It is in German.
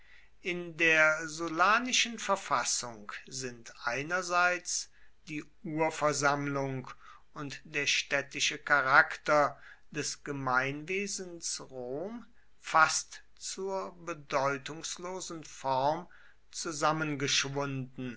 in der sullanischen verfassung sind einerseits die urversammlung und der städtische charakter des gemeinwesens rom fast zur bedeutungslosen form